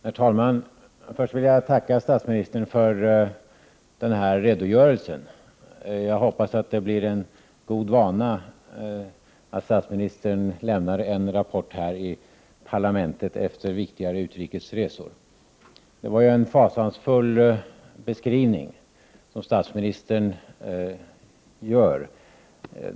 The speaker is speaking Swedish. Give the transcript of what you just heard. Herr talman! Först vill jag tacka statsministern för denna redogörelse. Jag hoppas det blir en god vana att statsministern lämnar en rapport här i parlamentet efter viktigare utrikes resor. Det var en fasansfull beskrivning statsministern gav.